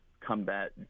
combat